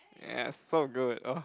ya so good oh